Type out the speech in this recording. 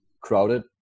crowded